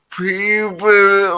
people